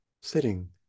sitting